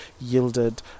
yielded